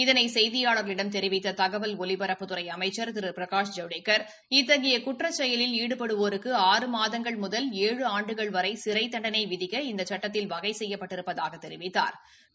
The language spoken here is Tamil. இதனை செய்தியாளர்களிடம் தெிவித்த தகவல் ஒலிபரப்புத்துறை அமைச்சா் திரு பிரகாஷ் ஜவடேக்கர் இத்தகைய குற்ற செயலில் ஈடுபடுவோருக்கு ஆறு மாதங்கள் முதல் ஏழு ஆண்டுகள் வரை சிறை தண்டனை விதிக்க இந்த சட்டத்தில் வகை செய்யப்பட்டிருப்பதாகத் தெரிவித்தாா்